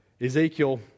Ezekiel